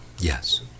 Yes